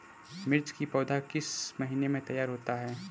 मिर्च की पौधा किस महीने में तैयार होता है?